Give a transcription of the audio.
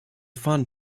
fund